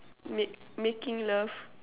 make making love